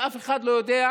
ואף אחד לא יודע,